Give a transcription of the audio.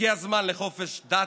הגיע הזמן לחופש דת,